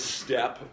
step